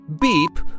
beep